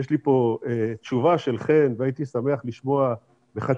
יש לי פה תשובה של חן והייתי שמח לשמוע בחצי